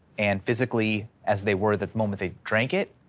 and physically as they were that moment they drank it,